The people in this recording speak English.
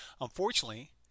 Unfortunately